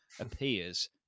appears